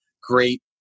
great